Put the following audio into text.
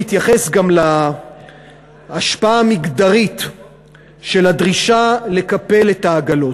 להתייחס גם להשפעה המגדרית של הדרישה לקפל את העגלות.